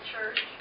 Church